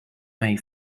may